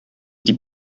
die